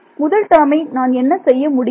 முதல் டேர்மை நான் என்ன செய்ய முடியும்